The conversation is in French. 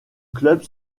club